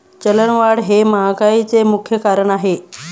चलनवाढ हे महागाईचे मुख्य कारण आहे